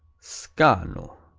scanno